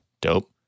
Dope